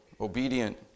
obedient